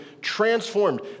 transformed